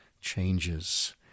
changes